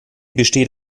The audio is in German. besteht